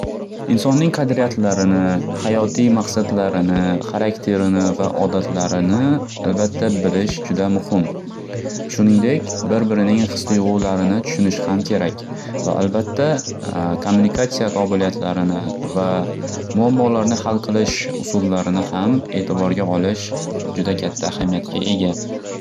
Insonning qadriytlarini, hayotiy maqsadlarini, harakterini va odatlarini albatta bilish juda muhim. Shuningdek, bir-birining his tuyg'ularini tushunish ham kerak va albatta komunikatsiya qobiliyatlarini va muammolarini hal qilish usullarini ham etiborga olish juda katta ahamiyatga ega.